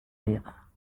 lever